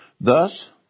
Thus